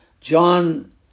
John